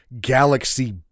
galaxy